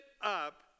up